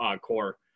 core